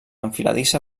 enfiladissa